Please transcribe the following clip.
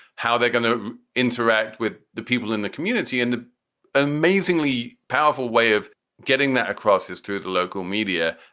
how they're going to interact with the people in the community. and the amazingly powerful way of getting that across is through the local media.